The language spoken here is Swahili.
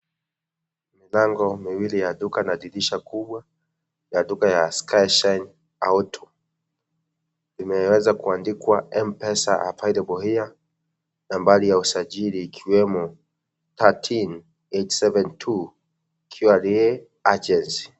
Milango miwili ya duka na dirisha kubwa ya duka ya skyshine auto imeweza kuandikwa mpesa available here nambari ya usajiri ikiwemo 13872QRA agency.